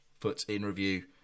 FootInReview